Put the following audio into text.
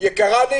יקרה לי